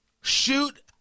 Shoot